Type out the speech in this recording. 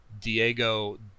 Diego